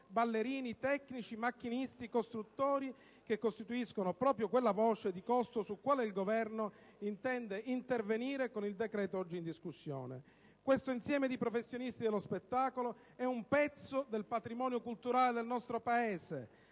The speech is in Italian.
ballerini, tecnici, macchinisti, costruttori, che costituiscono proprio quella voce di costo sulla quale il Governo intende intervenire con il decreto oggi in discussione. Questo insieme di professionisti dello spettacolo è un pezzo del patrimonio culturale del nostro Paese.